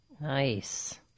nice